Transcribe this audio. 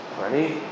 Ready